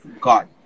God